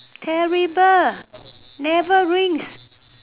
terrible never rinse